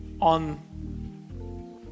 on